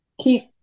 keep